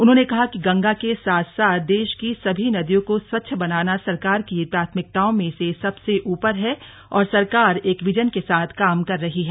उन्होंने कहा कि गंगा के साथ साथ देश की सभी नदियों को स्वच्छ बनाना सरकार की प्राथमिकताओं मे सबसे ऊपर है और सरकार एक विजन के साथ काम कर रही है